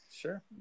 Sure